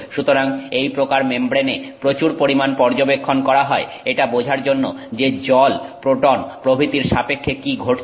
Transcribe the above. সুতরাং এই প্রকার মেমব্রেন এ প্রচুর পরিমাণ পর্যবেক্ষণ করা হয় এটা বোঝার জন্য যে জল প্রোটন প্রভৃতির সাপেক্ষে কি ঘটছে